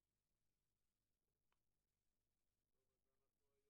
שלום לכולם.